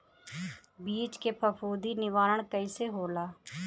बीज के फफूंदी निवारण कईसे होला?